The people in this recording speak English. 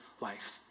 life